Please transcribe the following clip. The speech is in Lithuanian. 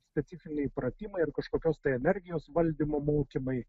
specifiniai pratimai ar kažkokios tai energijos valdymo mokymai